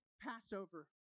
Passover